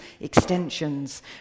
extensions